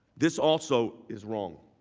this also is wrong.